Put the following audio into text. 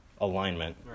alignment